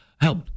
help